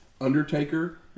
Undertaker